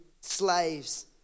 slaves